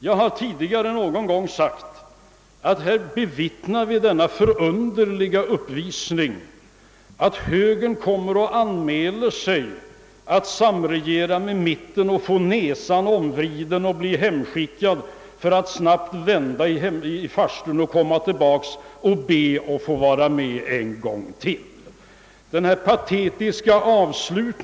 Jag har tidigare någon gång sagt att vi här bevittnar den förunderliga uppvisningen, att högern när den anmäler sig att vilja samregera med mittenpartierna, får näsan omvriden och blir hemskickad för att sedan snabbt vända i farstun och komma tillbaka och be att få vara med en gång till.